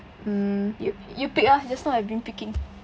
mm you you pick ah just now I've been picking